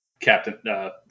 Captain